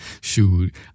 Shoot